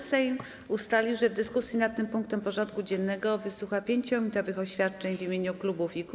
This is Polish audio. Sejm ustalił, że w dyskusji nad tym punktem porządku dziennego wysłucha 5-minutowych oświadczeń w imieniu klubów i kół.